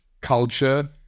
culture